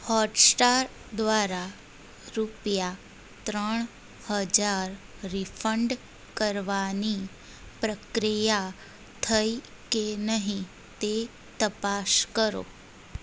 Hotstar દ્વારા રૂપિયા ત્રણ હજાર રીફંડ કરવાની પ્રક્રિયા થઈ કે નહીં તે તપાસ કરો